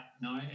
No